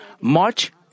march